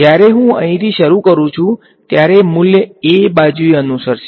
જ્યારે હું અહીંથી શરૂ કરું છું ત્યારે મૂલ્ય a બાજુએ અનુસરશે